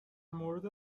مورد